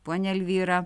ponia elvyra